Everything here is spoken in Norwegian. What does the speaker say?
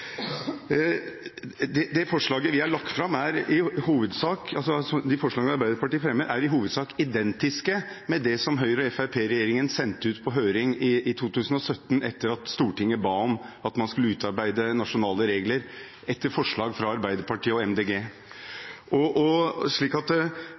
De forslagene Arbeiderpartiet fremmer, er i hovedsak identiske med det som Høyre–Fremskrittsparti-regjeringen sendte ut på høring i 2017 etter at Stortinget ba om at man skulle utarbeide nasjonale regler etter forslag fra Arbeiderpartiet og